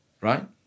right